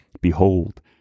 Behold